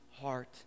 heart